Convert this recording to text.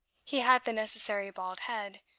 he had the necessary bald head,